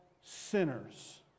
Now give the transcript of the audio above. sinners